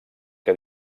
que